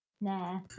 Nah